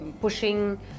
pushing